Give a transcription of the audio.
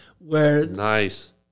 Nice